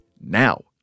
now